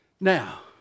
Now